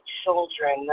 children